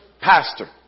pastor